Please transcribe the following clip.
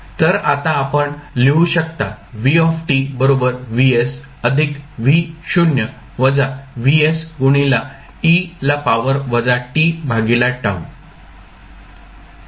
तर आता आपण लिहू शकता v बरोबर Vs अधिक v शून्य वजा Vs गुणीला e ला पावर वजा t भागीला tau